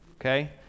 okay